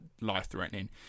life-threatening